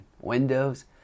windows